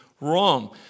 wrong